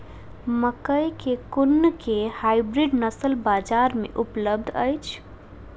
मकई केँ कुन केँ हाइब्रिड नस्ल बजार मे उपलब्ध अछि?